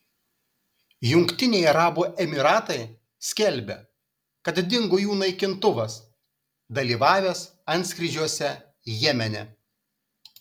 jungtiniai arabų emyratai skelbia kad dingo jų naikintuvas dalyvavęs antskrydžiuose jemene